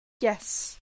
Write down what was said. Yes